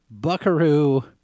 buckaroo